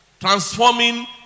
Transforming